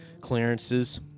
clearances